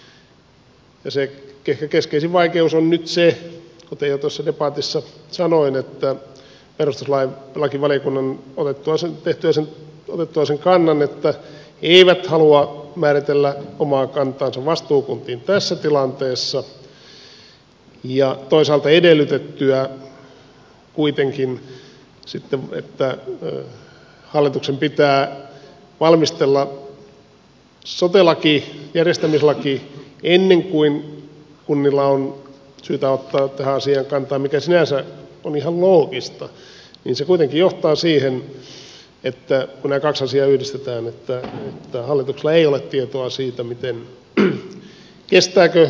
ehkä keskeisin vaikeus on nyt se kuten jo tuossa debatissa sanoin että perustuslakivaliokunnan otettua sen kannan että he eivät halua määritellä omaa kantaansa vastuukuntiin tässä tilanteessa ja toisaalta edellytettyä kuitenkin sitten että hallituksen pitää valmistella sote laki järjestämislaki ennen kuin kunnilla on syytä ottaa tähän asiaan kantaa mikä sinänsä on ihan loogista se kuitenkin johtaa siihen että kun nämä kaksi asiaa yhdistetään hallituksella ei ole tietoa siitä kestääkö vastuukuntamalli